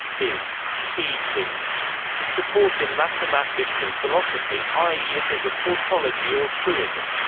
is easy to support in mathematics and philosophy, i e. it is a tautology or truism.